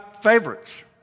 favorites